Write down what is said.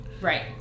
Right